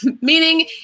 Meaning